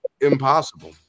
Impossible